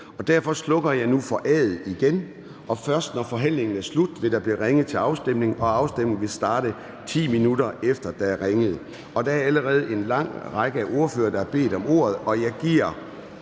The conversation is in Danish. Derfor slukker jeg igen nu for A'et, og der vil, først når forhandlingen er slut, blive ringet til afstemning, og afstemningen vil starte, 10 minutter efter at der er ringet. Der er allerede en lang række ordførere, der har bedt om ordet, og jeg giver